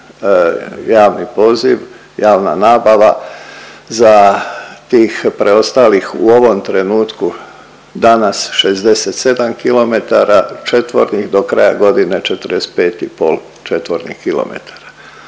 javni poziv, javna nabava za tih preostalih u ovom trenutku danas 67 kilometara četvornih do kraja godine 45,5